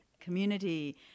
community